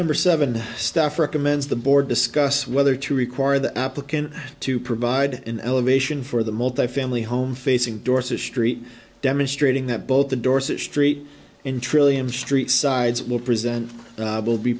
number seven stuff recommends the board discuss whether to require the applicant to provide an elevation for the multifamily home facing dorset street demonstrating that both the dorset street in trillium street sides will present will be